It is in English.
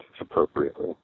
appropriately